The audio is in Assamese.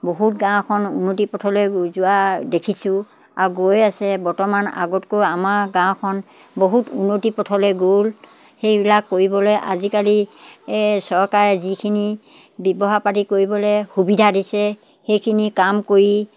বহুত গাঁওখন উন্নতি পথলৈ যোৱা দেখিছোঁ আৰু গৈ আছে বৰ্তমান আগতকৈ আমাৰ গাঁওখন বহুত উন্নতি পথলৈ গ'ল সেইবিলাক কৰিবলৈ আজিকালি চৰকাৰে যিখিনি ব্যৱহাৰ পাতি কৰিবলৈ সুবিধা দিছে সেইখিনি কাম কৰি